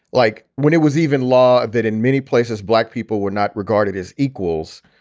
like when it was even law that in many places black people were not regarded as equals.